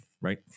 right